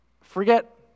forget